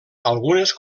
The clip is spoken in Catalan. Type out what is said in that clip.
algunes